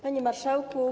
Panie Marszałku!